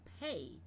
pay